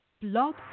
Blog